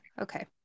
Okay